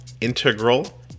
integral